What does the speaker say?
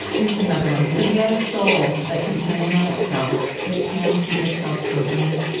here's another one. he said, we have a soul that can turn in on itself. it can keep itself company.